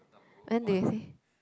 and they say